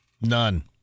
None